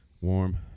Warm